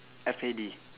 F A D